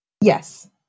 Yes